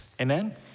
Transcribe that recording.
amen